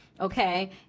okay